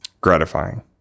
Gratifying